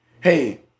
hey